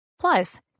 Plus